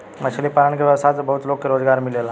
मछली पालन के व्यवसाय से बहुत लोग के रोजगार मिलेला